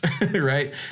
Right